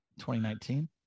2019